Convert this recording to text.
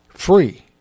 free